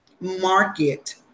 market